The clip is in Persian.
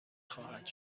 خواهد